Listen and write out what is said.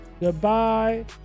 Goodbye